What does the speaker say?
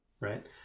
right